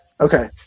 Okay